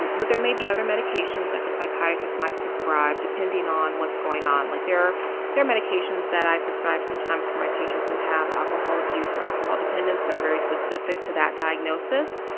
and but there may be other medications that the psychiatrist might prescribe, depending on what's going on, like there are medications that i prescribe sometimes for my patients who have alcohol abuse or alcohol dependence that are very specific to that diagnosis,